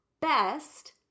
best